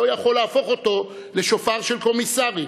לא יכול להפוך אותו לשופר של קומיסרים,